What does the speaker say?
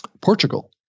Portugal